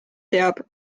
teab